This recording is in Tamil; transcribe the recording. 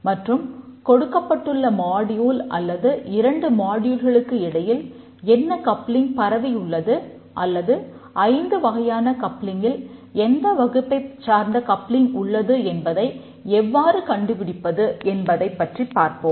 மற்றும் கொடுக்கப்பட்டுள்ள மாடியூல் உள்ளது என்பதை எவ்வாறு கண்டுபிடிப்பது என்பதைப் பற்றிப் பார்ப்போம்